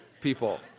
people